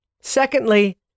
Secondly